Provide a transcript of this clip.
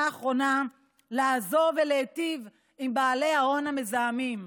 האחרונה לעזור ולהיטיב עם בעלי ההון המזהמים.